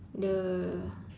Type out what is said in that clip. the